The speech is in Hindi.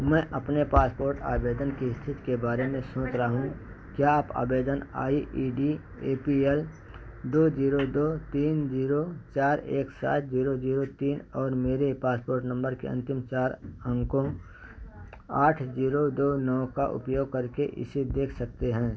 मैं अपने पासपोर्ट आवेदन की स्थिति के बारे में सोच रहा हूँ क्या आप आवेदन I E D A P L दो जीरो दो तीन जीरो चार एक सात जीरो जीरो तीन और मेरे पासपोर्ट नंबर के अंतिम चार अंकों आठ जीरो दो नौ का उपयोग करके इसे देख सकते हैं